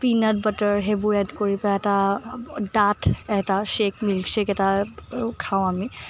peanut butter সেইবোৰ add কৰি পেলাই এটা ডাঠ এটা ছেক মিল্ক ছেক এটা খাওঁ আমি